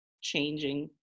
changing